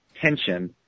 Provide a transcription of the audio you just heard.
tension